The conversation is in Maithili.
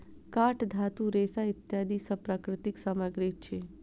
काठ, धातु, रेशा इत्यादि सब प्राकृतिक सामग्री अछि